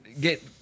get